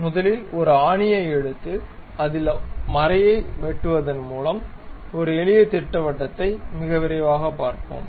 முதலில் ஒரு ஆணியை எடுத்து அதில் ஒரு மறையை வெட்டுவதன் ஒரு எளிய திட்டவட்டத்தை மிக விரைவாகப் பார்ப்போம்